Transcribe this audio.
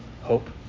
hope